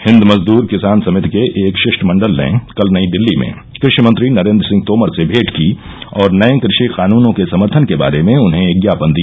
हिन्द मजदूर किसान समिति के एक शिष्टमंडल ने कल नई दिल्ली में क्रापि मंत्री नरेन्द्र सिंह तोमर से भेंट की और नये क्रापि कानूनों के समर्थन के बारे में उन्हें एक ज्ञापन दिया